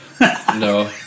No